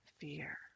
fear